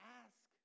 ask